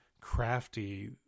crafty